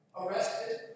arrested